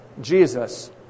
Jesus